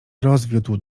rozwiódł